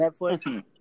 Netflix